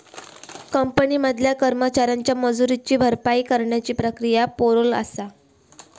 company मधल्या कर्मचाऱ्यांच्या मजुरीची भरपाई करण्याची प्रक्रिया पॅरोल आसा